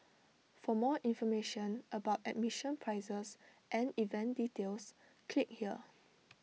for more information about admission prices and event details click here